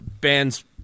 bands